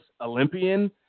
Olympian